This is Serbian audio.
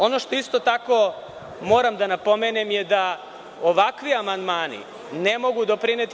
Ono što isto tako moram da napomenem je da ovakvi amandmani ne mogu doprineti.